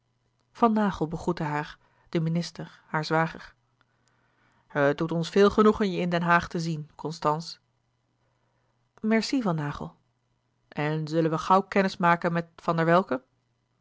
van naghel begroette haar de minister haar zwager het doet ons veel genoegen je in den haag te zien constance merci van naghel louis couperus de boeken der kleine zielen en zullen we gauw kennis maken met van der welcke